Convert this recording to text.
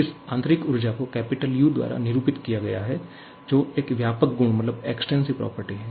इस आंतरिक ऊर्जा को 'U' द्वारा निरूपित किया गया है जो एक व्यापक गुण है